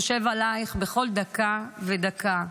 חושב עלייך בכל דקה ודקה.